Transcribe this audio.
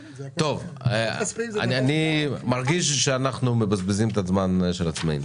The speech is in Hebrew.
אני מרגיש שאנחנו מבזבזים את הזמן שלנו.